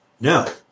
No